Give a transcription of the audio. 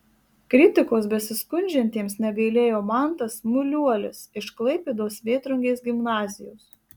kritikos besiskundžiantiems negailėjo mantas muliuolis iš klaipėdos vėtrungės gimnazijos